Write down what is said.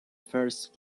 first